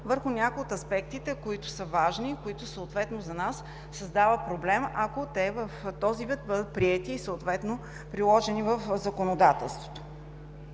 върху някои от аспектите, които са важни и които за нас създават проблем, ако те в този вид бъдат приети и съответно приложени в законодателството.